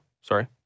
sorry